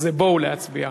אז זה "בואו להצביע".